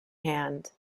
hand